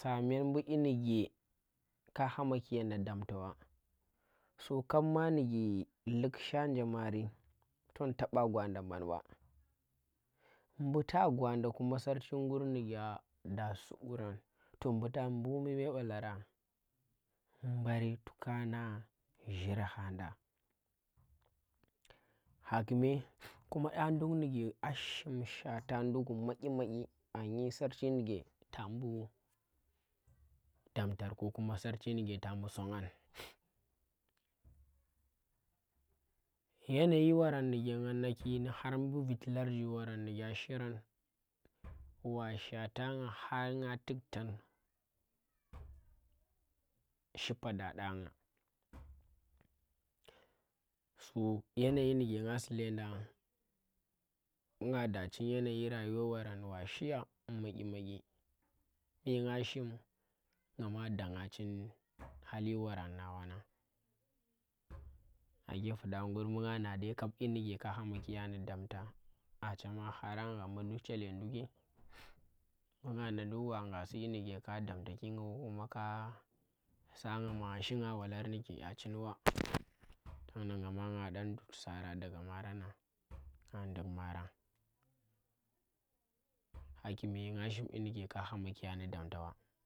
Tmi same ndi inike ka haki yanda ndi damtaba, so kabmandike liksha nje ye mari, tom taba gwan nda mbanba. mbu ta gwanda kuma sharchi di ke a da sukurang, to bu ta mbu shi balarang bari. jireh handa hakume kuma yang dung nike a shim shwata nduk mandi mandi, a ngi sarchi ndike ta mbu damta ko kuma sarchi ndike ta mbu soghang, yana yi warang nike nga naki mbu har viti harji warang nike shirang, wa shwatangah har ngah tuktang tuge nya nagah. So yanayi ndike ngah si led nag mbu ngah da yenayi rayuwe baran wa shiya maahi maahi ke ngah shim ghama dagna chin hali warang, nake fuda ngur mbu nga guah ye ngur nike ka hamakiya ndi damta, a chem haran gha mbu chole ndukki mbu ngah nga ee nike ka hakiya ndi damta ki nga ka sa nga ma shi nyinike balar nike a chin ba to kana ngama nga dut sara nni gana kome lau haya ma damta ba.